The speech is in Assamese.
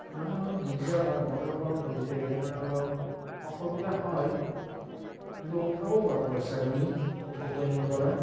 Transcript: মানে অলপ দিগদাৰ হয় বয়স অলপ হৈছে সেইকাৰণে অলপ অসুবিধা হয় কিন্তু উঠাব পাৰোঁ পইচাখিনি এ টি এম ৰ পৰা